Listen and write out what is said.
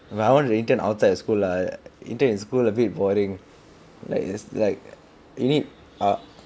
but I want to intern outside of school lah intern in school a bit boring like just like you need err